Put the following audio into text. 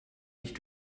nicht